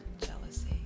Jealousy